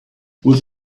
with